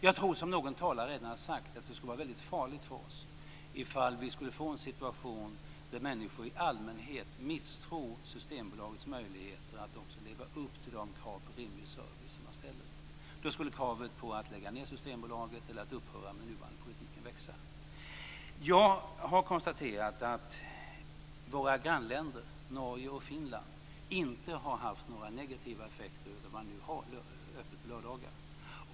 Jag tror, som någon talare redan har sagt, att det skulle vara väldigt farligt för oss ifall vi skulle få en situation där människor i allmänhet misstror Systembolagets möjligheter att också leva upp till de krav på rimlig service som man ställer. Då skulle kravet på att lägga ned Systembolaget eller upphöra med den nuvarande politiken växa. Jag har konstaterat att våra grannländer Norge och Finland inte har haft några negativa effekter av att de nu har öppet på lördagar.